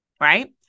right